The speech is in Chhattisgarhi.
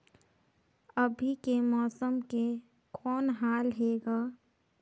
अभी के मौसम के कौन हाल हे ग?